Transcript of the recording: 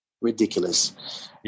ridiculous